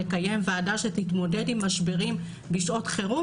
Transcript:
לקיים ועדה שתתמודד עם משברים בשעות חירום